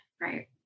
Right